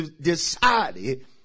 decided